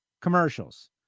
Commercials